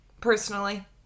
Personally